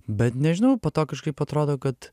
bet nežinau po to kažkaip atrodo kad